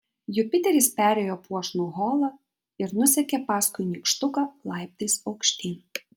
jupiteris perėjo puošnų holą ir nusekė paskui nykštuką laiptais aukštyn